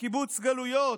קיבוץ גלויות?